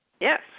Yes